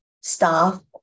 staff